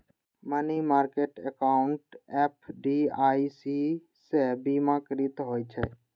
money market account FDIC सं बीमाकृत होइ छै